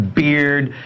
beard